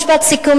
משפט סיכום,